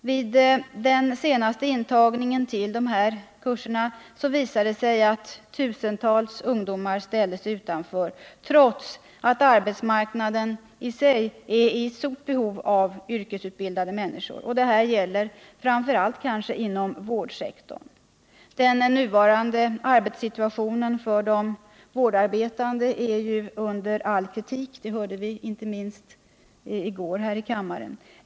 Vid den senaste intagningen till dessa kurser visade det sig att tusentals ungdomar ställdes utanför, trots att arbetsmarknaden i sig är i stort behov av yrkesutbildade människor. Detta gäller framför allt inom vårdsektorn. Den nuvarande arbetssituationen för de vårdarbetande är under all kritik, vilket framgått inte minst av gårdagens debatt här i kammaren.